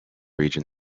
region